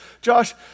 Josh